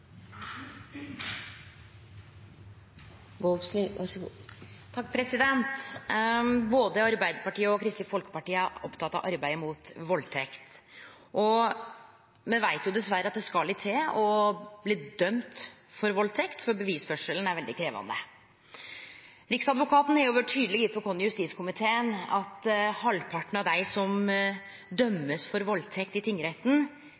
Både Arbeidarpartiet og Kristeleg Folkeparti er opptekne av å arbeide mot valdtekt. Me veit, dessverre, at det skal litt til å bli dømt for valdtekt, for bevisføringa er veldig krevjande. Riksadvokaten har vore tydeleg overfor oss i justiskomiteen på at halvparten av dei som blir dømde for valdtekt i